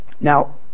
Now